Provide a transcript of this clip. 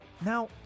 Now